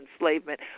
enslavement